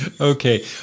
Okay